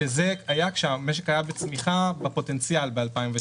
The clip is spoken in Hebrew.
זה היה כשהמשק היה בצמיחה בפוטנציאל ב-2019.